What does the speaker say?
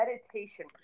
meditation